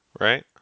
right